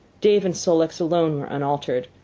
dave and sol-leks alone were unaltered,